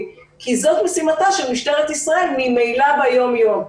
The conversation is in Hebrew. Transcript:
כי זאת משימתה של משטרת ישראל ממילא ביום-יום.